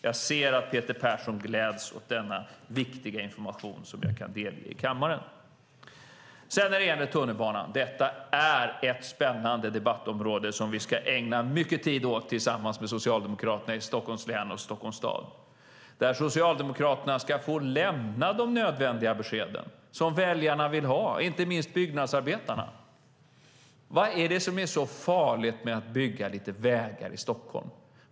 Jag ser att Peter Persson gläds åt denna viktiga information som jag kan delge kammaren. När det gäller tunnelbanan vill jag säga att det är ett spännande debattområde som vi ska ägna mycket tid tillsammans med socialdemokraterna i Stockholms län och Stockholms stad. Socialdemokraterna ska få lämna de nödvändiga besked som väljarna, och inte minst byggnadsarbetarna, vill ha. Vad är det som är så farligt med att bygga lite vägar i Stockholm?